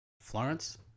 Florence